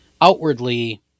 outwardly